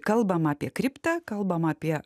kalbama apie kriptą kalbama apie